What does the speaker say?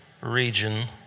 region